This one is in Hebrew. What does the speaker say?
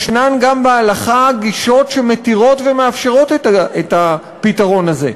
יש גם בהלכה גישות שמתירות ומאפשרות את הפתרון הזה,